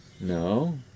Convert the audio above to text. No